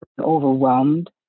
overwhelmed